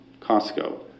Costco